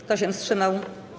Kto się wstrzymał?